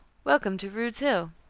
welcome to rude's hill.